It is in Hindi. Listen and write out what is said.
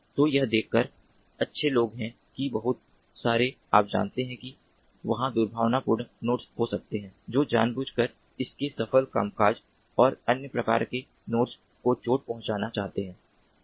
तो यह देखकर अच्छे लोग है कि बहुत सारे आप जानते हैं कि वहाँ दुर्भावनापूर्ण नोड्स हो सकते हैं जो जानबूझकर इसके सफल कामकाज और अन्य समान प्रकार के नोड्स को चोट पहुंचाना चाहते हैं